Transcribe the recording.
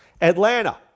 Atlanta